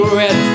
red